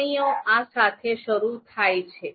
ટિપ્પણીઓ આ સાથે શરૂ થાય છે